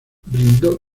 brindó